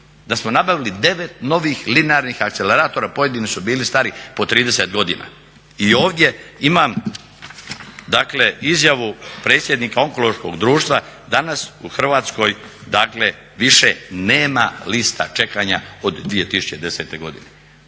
Da smo nabavili 9 novih linearnih akceleratora, pojedini su bili stari po 30 godina. i ovdje imam izjavu predsjednika Onkološkog društva danas u Hrvatskoj više nema lista čekanja od 2010.godine.